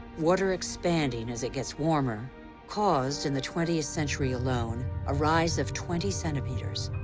water expanding as it gets warmer caused, in the twentieth century alone, a rise of twenty centimeters.